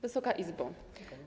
Wysoka Izbo!